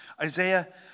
Isaiah